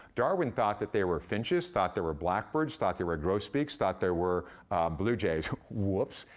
darwin thought that they were finches, thought they were blackbirds, thought they were grosbeaks, thought they were blue jays. whoops.